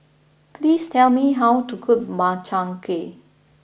please tell me how to cook Makchang Gui